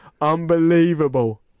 Unbelievable